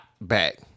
back